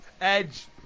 Edge